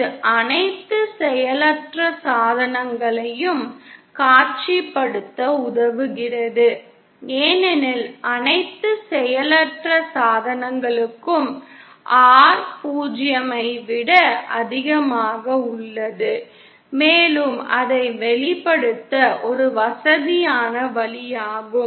இது அனைத்து செயலற்ற சாதனங்களையும் காட்சிப்படுத்த உதவுகிறது ஏனெனில் அனைத்து செயலற்ற சாதனங்களுக்கும் R 0 ஐ விட அதிகமாக உள்ளது மேலும் அதை வெளிப்படுத்த ஒரு வசதியான வழியாகும்